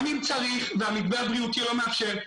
גם אם צריך והמתווה הבריאותי לא מאפשר,